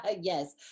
Yes